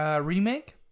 Remake